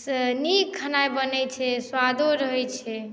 नीक खेनाइ बनैत छै स्वादो रहैत छै